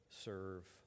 Serve